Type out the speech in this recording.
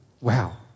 Wow